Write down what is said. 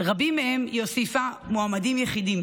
רבים מהם, היא הוסיפה, מועמדים יחידים.